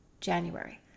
January